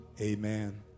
Amen